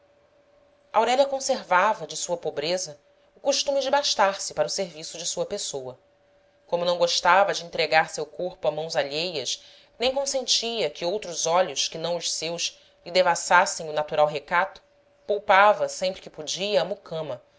aurélia conservava de sua pobreza o costume de bastar se para o serviço de sua pessoa como não gostava de entregar seu corpo a mãos alheias nem consentia que outros olhos que não os seus lhe devassassem o natural recato poupava sempre que podia a mucama